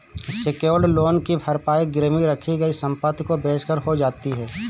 secured loan की भरपाई गिरवी रखी गई संपत्ति को बेचकर हो जाती है